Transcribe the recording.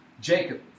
Jacob